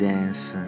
Dance